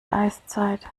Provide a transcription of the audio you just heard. eiszeit